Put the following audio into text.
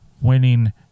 winning